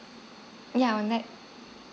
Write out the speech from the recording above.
yeah on that